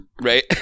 right